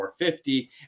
450